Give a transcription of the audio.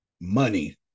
Money